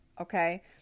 Okay